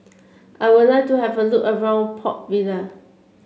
I would like to have a look around Port Vila